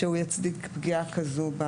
שיצדיק פגיעה כזו.